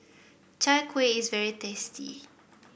Chai Kueh is very tasty